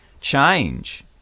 change